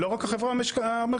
לא רק החברה המרכזית.